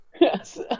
Yes